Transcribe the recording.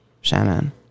Shannon